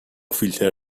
فیلتر